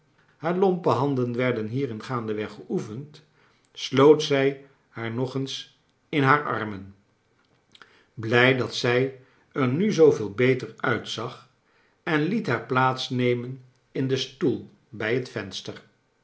haar lompe handen werden hierin gaandeweg geoefend sloot zij haar nog eens in haar armen blij dat zij er nu zooveel beter nitzag en liet haar plaats nemen in den stoel bij het venster